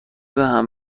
بهم